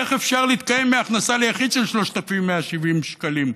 איך אפשר להתקיים מהכנסה ליחיד של 3,170 שקלים.